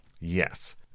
Yes